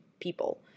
people